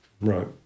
Right